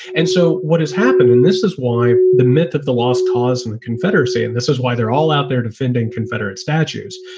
and so what has happened and this is why the myth of the lost cause and the confederacy. and this is why they're all out there defending confederate statues.